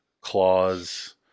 claws